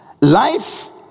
Life